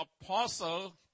apostle